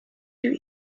you